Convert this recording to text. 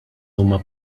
huma